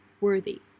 worthy